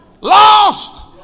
lost